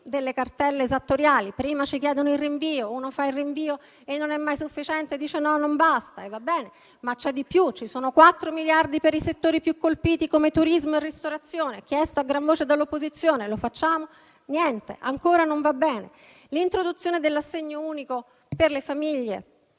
delle cartelle esattoriali; prima ci chiedono il rinvio, uno fa il rinvio e non è mai sufficiente. Ci si dice che non basta e va bene, ma c'è di più: ci sono 4 miliardi di euro per i settori più colpiti, come turismo e ristorazione, come chiesto a gran voce dall'opposizione. Lo facciamo e niente, ancora non va bene. Vi sono poi l'introduzione dell'assegno unico per 12 milioni